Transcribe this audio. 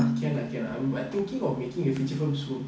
can ah can ah I'm thinking of making a feature film soon